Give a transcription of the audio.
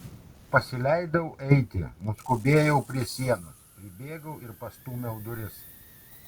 pasileidau eiti nuskubėjau prie sienos pribėgau ir pastūmiau duris